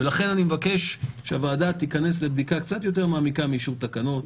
לכן אני מבקש שהוועדה תיכנס לבדיקה קצת יותר מעמיקה מאישור תקנות.